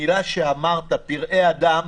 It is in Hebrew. המילה שאמרת "פראי אדם",